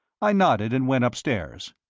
i nodded and went upstairs.